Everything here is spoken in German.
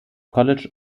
college